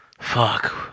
fuck